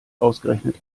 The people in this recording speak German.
ausgerechnet